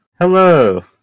Hello